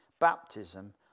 baptism